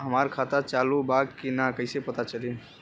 हमार खाता चालू बा कि ना कैसे पता चली?